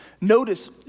Notice